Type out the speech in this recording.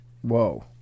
whoa